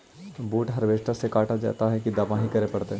बुट हारबेसटर से कटा जितै कि दमाहि करे पडतै?